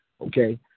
okay